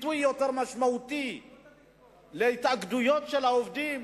ביטוי יותר משמעותי להתאגדויות של העובדים,